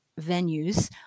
venues